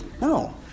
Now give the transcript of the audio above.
No